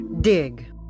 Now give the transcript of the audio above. Dig